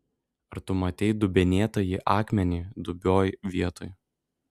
ar tu matei dubenėtąjį akmenį dubioj vietoj